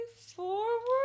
forward